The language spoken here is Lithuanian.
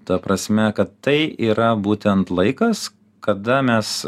ta prasme kad tai yra būtent laikas kada mes